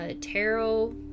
tarot